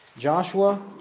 Joshua